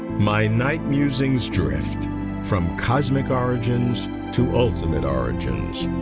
my night musings drift from cosmic origins to ultimate origins.